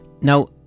now